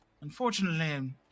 unfortunately